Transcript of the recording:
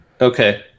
okay